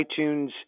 iTunes